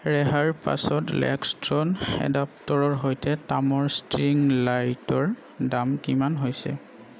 ৰেহাইৰ পাছত লেক্সট'ন এডাপ্টৰৰ সৈতে তামৰ ষ্ট্ৰিং লাইটৰ দাম কিমান হৈছে